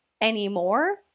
anymore